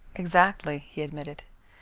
exactly, he admitted,